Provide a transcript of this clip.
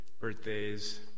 birthdays